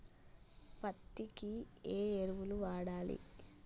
పత్తి కి ఏ ఎరువులు వాడాలి?